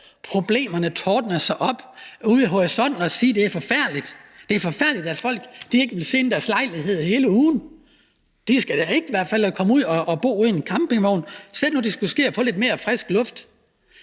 problemerne tårne sig op ude i horisonten og sige, at det er forfærdeligt, at folk ikke vil sidde i deres lejlighed hele ugen; de skal da i hvert fald ikke ud og bo i en campingvogn, for sæt nu det skulle ske, at de fik lidt mere frisk luft.